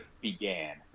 began